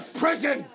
prison